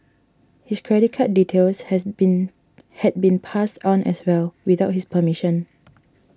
his credit card details has been had been passed on as well without his permission